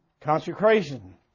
Consecration